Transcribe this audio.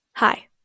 Hi